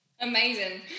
amazing